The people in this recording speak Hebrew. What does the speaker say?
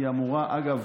אגב,